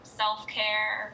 self-care